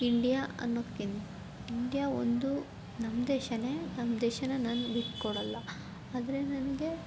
India ಅನ್ನೋದ್ಕಿಂತ India ಒಂದು ನಮ್ಮ ದೇಶವೇ ನಮ್ಮ ದೇಶನ ನಾನು ಬಿಟ್ಕೊಡಲ್ಲ ಆದರೆ ನನಗೆ